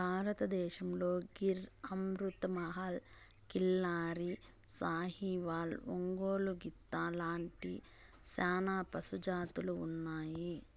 భారతదేశంలో గిర్, అమృత్ మహల్, కిల్లారి, సాహివాల్, ఒంగోలు గిత్త లాంటి చానా పశు జాతులు ఉన్నాయి